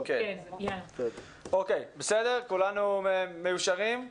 כולנו מיושרים?